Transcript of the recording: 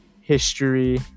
history